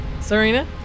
Serena